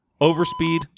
Overspeed